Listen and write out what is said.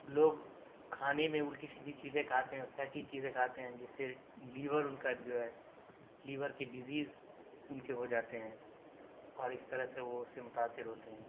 لوگ کھانے میں الٹی سیدھی چیزیں کھاتے ہیں اور فیٹی چیزیں کھاتے ہیں جس سے لیور ان کا جو ہے لیور کے ڈزیز ان کے ہو جاتے ہیں اور اس طرح سے وہ اس سے متاثر ہوتے ہیں